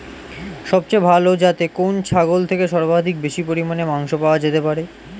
সবচেয়ে ভালো যাতে কোন ছাগল থেকে সর্বাধিক বেশি পরিমাণে মাংস পাওয়া যেতে পারে?